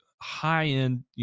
high-end